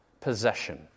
possession